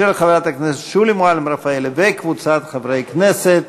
של חברת הכנסת שולי מועלם-רפאלי וקבוצת חברי הכנסת.